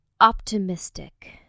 optimistic